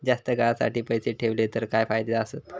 जास्त काळासाठी पैसे ठेवले तर काय फायदे आसत?